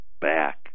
back